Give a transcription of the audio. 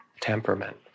temperament